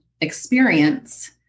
experience